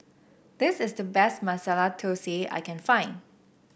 this is the best Masala Thosai I can find